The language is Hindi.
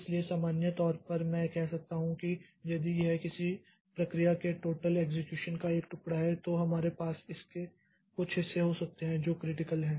इसलिए सामान्य तौर पर मैं कह सकता हूं कि यदि यह किसी प्रक्रिया के टोटल एक्सेक्यूशन का एक टुकड़ा है तो हमारे पास इसके कुछ हिस्से हो सकते हैं जो क्रिटिकल हैं